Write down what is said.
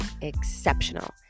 Exceptional